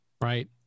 Right